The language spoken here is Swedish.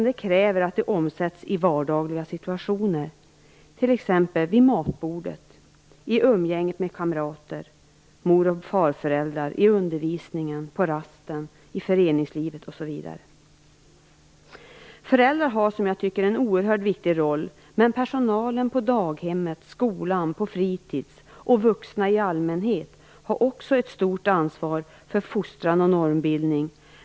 Detta måste omsättas i vardagliga situationer, exempelvis vid matbordet, i umgänget med kamrater och mor och farföräldrar, i undervisningen, på rasten, i föreningslivet osv. Föräldrarna har en oerhört viktig roll. Personalen på daghemmet, i skolan och på fritids, liksom vuxna i allmänhet har också ett stort ansvar för fostran och normbildning.